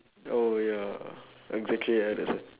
oh ya exactly ah that's why